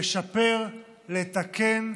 לשפר, לתקן,